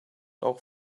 auch